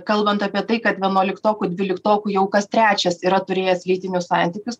kalbant apie tai kad vienuoliktokų dvyliktokų jau kas trečias yra turėjęs lytinius santykius